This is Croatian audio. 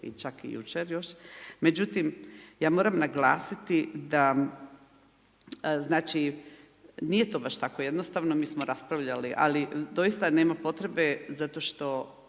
i čak i jučer još, međutim, ja moram naglasiti da znači, nije to baš tako jednostavno, mi smo raspravljali, ali doista nema potrebe zato što